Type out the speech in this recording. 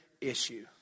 issue